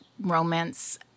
romance